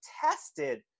tested